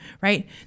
Right